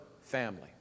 family